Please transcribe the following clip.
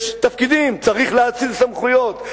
יש תפקידים, צריך להאציל סמכויות.